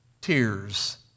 tears